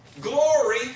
glory